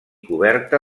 coberta